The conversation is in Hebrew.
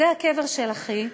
זה הקבר של אחי,